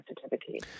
sensitivity